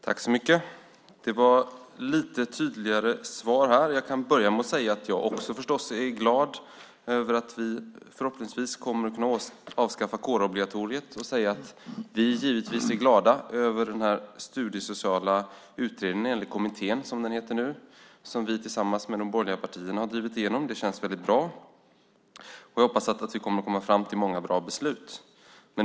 Fru talman! Det var ett något tydligare svar. Jag kan börja med att säga att jag naturligtvis också är glad för att vi förhoppningsvis kommer att kunna avskaffa kårobligatoriet. Vi är givetvis glada över den studiesociala kommittén som vi tillsammans med de borgerliga partierna har drivit igenom. Det känns väldigt bra. Jag hoppas att vi kommer fram till många bra beslut.